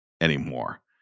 anymore